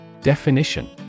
Definition